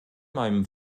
meinem